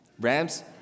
Rams